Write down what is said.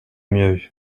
mieux